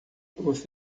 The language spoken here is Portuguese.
você